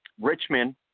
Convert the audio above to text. Richmond